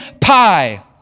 pie